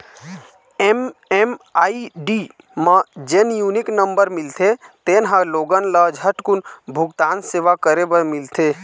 MMID म जेन unique number मिलथे तेन ह लोगन ल झटकून भूगतान सेवा करे बर मिलथे